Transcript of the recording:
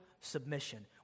submission